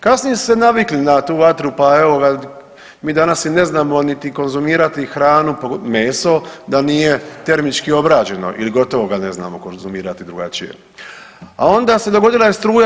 Kasnije su se navikli na tu vatru, pa evo ga mi danas i ne znamo niti konzumirati hranu, meso da nije termički obrađeno ili gotovo ga ne znamo konzumirati drugačije, a onda se dogodila i struja.